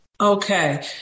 Okay